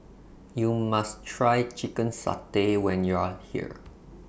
YOU must Try Chicken Satay when YOU Are here